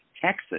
Texas